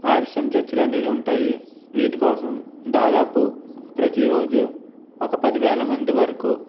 ఆరిసం చర్చిలు అనేవి ఉంటాయి వీటి కోసం దాదాపు ప్రతిరోజు ఒక పదివేల మంది వరకు